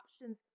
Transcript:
options